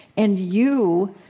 and you